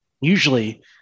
usually